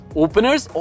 Openers